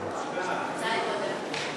להתייחס?